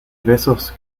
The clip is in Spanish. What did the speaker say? besos